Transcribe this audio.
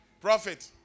Profit